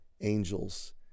angels